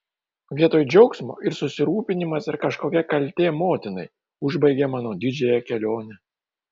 vietoj džiaugsmo ir susirūpinimas ir kažkokia kaltė motinai užbaigė mano didžiąją kelionę